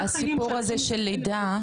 בוא נסדיר את יחסינו שנייה,